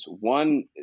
One